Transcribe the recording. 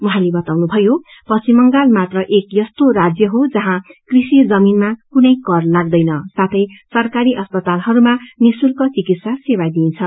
उहाँले बताउनुभयो पश्चिम बंगाल मात्र एक यस्तो राज्य हो जहाँ कृषि जमीनमा कुनै कर लाग्दैन साथै सरकारी अस्पतालहरूमा निशूल्क चिकित्सा सेवा दिइन्छ